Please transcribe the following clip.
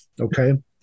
okay